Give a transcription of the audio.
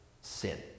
sin